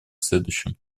следующем